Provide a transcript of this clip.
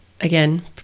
again